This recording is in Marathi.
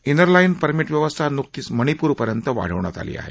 इनरलाईन परमिट व्यवस्था नुकतीच मणिपूरपर्यंत वाढवण्यात आली आहे